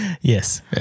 Yes